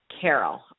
Carol